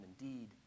indeed